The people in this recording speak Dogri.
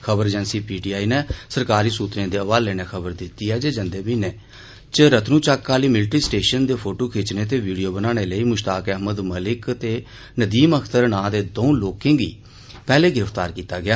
खबर एजेंसी पी टी आई ने सरकारी सूत्रें दे हवाले नै खबर दिती ऐ जे जंदे मई म्हीने च रतनूचक्क आले मिलट्री स्टेशन दे फोटू खिचने ते वीडियो बनाने लेई मुश्ताक अहमद मलिक ते नदीम अख्तर नां दे दौंऊ लोकें गी पेहले गिरफ्तार कीता गेआ